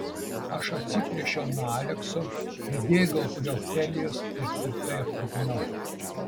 aš atsiplėšiau nuo alekso pribėgau prie ofelijos ir tvirtai apkabinau